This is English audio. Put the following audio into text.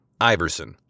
Iverson